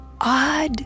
odd